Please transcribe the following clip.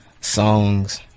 songs